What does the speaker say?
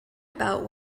about